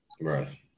right